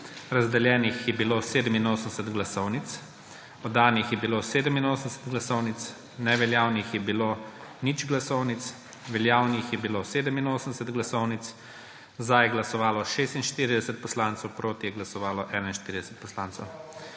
Razdeljenih je bilo 87 glasovnic, oddanih je bilo 87 glasovnic, neveljavnih je bilo nič glasovnic, veljavnih je bilo 87 glasovnic. Za je glasovalo 46 poslancev, proti je glasovalo 41 poslancev.